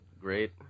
Great